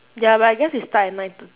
ya but I guess it start at nine thir~